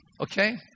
Okay